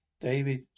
david